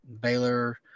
Baylor